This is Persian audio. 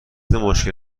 مشکل